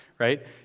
right